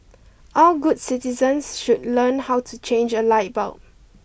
all good citizens should learn how to change a light bulb